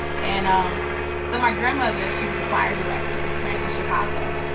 and um so my grandmother, she was a choir director right? in chicago,